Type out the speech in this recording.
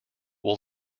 will